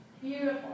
beautiful